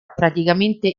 praticamente